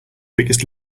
biggest